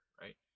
right